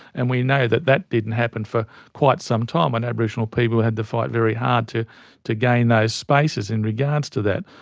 and we know that that didn't happen for quite some time when aboriginal people had to fight very hard to to gain those spaces in regards to that.